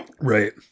Right